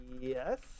yes